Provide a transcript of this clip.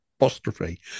apostrophe